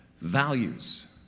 values